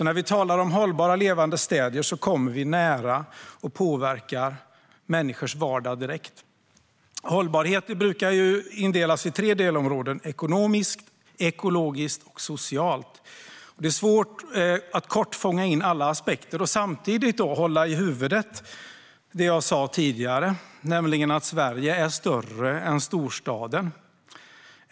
När vi talar om hållbara och levande städer kommer vi nära och påverkar människors vardag direkt. Hållbarhet brukar ju indelas i tre delområden: ekonomiskt, ekologiskt och socialt. Det är svårt att kort fånga in alla aspekter och samtidigt hålla i huvudet det jag sa tidigare, nämligen att Sverige är större än storstaden.